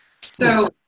So-